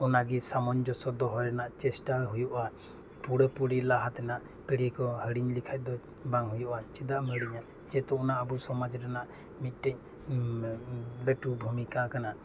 ᱚᱱᱟᱜᱮ ᱥᱟᱢᱚᱧ ᱡᱚᱥᱥᱚ ᱫᱚᱦᱚᱭ ᱨᱮᱱᱟᱜ ᱪᱮᱥᱴᱟ ᱦᱩᱭᱩᱜᱼᱟ ᱯᱩᱨᱟᱹ ᱯᱩᱨᱤ ᱞᱟᱦᱟ ᱛᱮᱱᱟᱜ ᱯᱤᱲᱦᱤ ᱠᱚ ᱦᱤᱲᱤᱧ ᱞᱮᱠᱷᱟᱱ ᱫᱚ ᱵᱟᱝ ᱦᱩᱭᱩᱜᱼᱟ ᱪᱮᱫᱟᱢ ᱦᱤᱲᱤᱧᱟ ᱡᱮᱦᱮᱛᱩ ᱚᱱᱟ ᱟᱵᱚ ᱥᱚᱢᱟᱡᱽ ᱨᱮᱱᱟᱜ ᱢᱤᱫᱴᱮᱱ ᱞᱟᱹᱴᱩ ᱵᱷᱩᱢᱤᱠᱟ ᱠᱟᱱᱟ